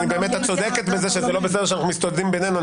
את צודקת בזה שזה לא בסדר שאנחנו מסתודדים בינינו .